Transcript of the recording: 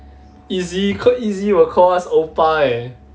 itzy itzy will call us oppa eh